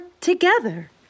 together